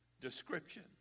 description